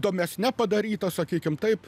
to mes nepadaryta sakykim taip